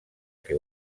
que